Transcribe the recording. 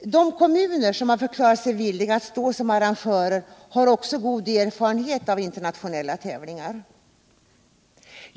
De kommuner som förklarat sig villiga att stå som arrangörer har också god erfarenhet av internationella tävlingar.